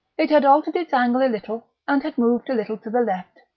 it had altered its angle a little, and had moved a little to the left.